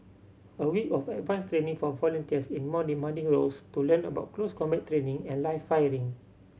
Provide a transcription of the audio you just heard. a week of advanced training for volunteers in more demanding roles to learn about close combat training and live firing